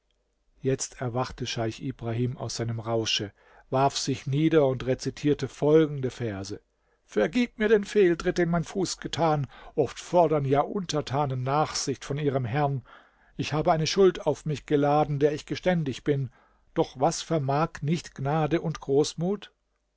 jetzt erwachte scheich ibrahim aus seinem rausche warf sich nieder und rezitierte folgende verse vergib mir den fehltritt den mein fuß getan oft fordern ja untertanen nachsicht von ihrem herrn ich habe eine schuld auf mich geladen der ich geständig bin doch was vermag nicht gnade und großmut